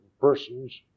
persons